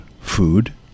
food